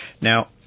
Now